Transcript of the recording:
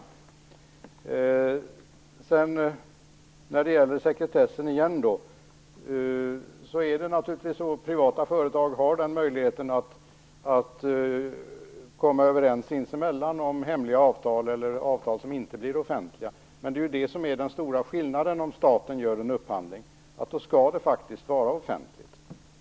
När det återigen gäller sekretessen har privata företag naturligtvis möjlighet att sinsemellan komma överens om hemliga avtal eller avtal som inte blir offentliga. Det är det som är den stora skillnaden om staten gör en upphandling. Då skall det faktiskt vara offentligt.